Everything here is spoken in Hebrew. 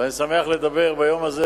ואני שמח לדבר ביום הזה